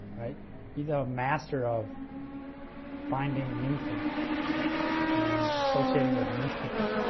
be the master of finding new thinking and associating with new people.